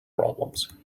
problems